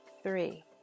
three